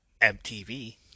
MTV